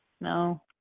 No